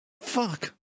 Fuck